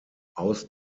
aus